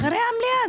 אז אחרי המליאה.